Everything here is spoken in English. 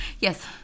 Yes